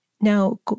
Now